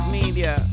media